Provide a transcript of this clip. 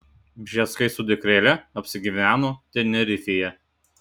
bžeskai su dukrele apsigyveno tenerifėje